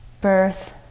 birth